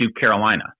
Carolina